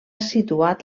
situat